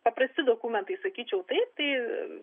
paprasti dokumentai sakyčiau taip tai